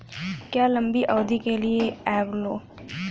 क्या लंबी अवधि के लिए एबसोल्यूट रिटर्न सही माना जाता है?